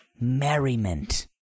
merriment